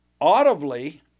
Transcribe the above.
audibly